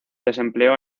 desempleo